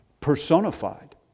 personified